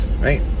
right